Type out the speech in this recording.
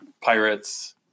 pirates